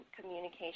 communication